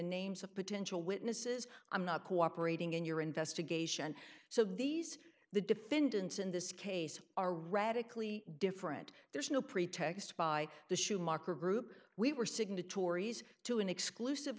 names of potential witnesses i'm not cooperating in your investigation so these the defendants in this case are radically different there's no pretext by the schumacher group we were signatories to an exclusive